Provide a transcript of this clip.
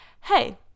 hey